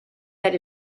that